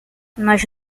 nós